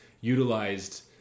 utilized